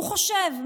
הוא חושב,